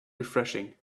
refreshing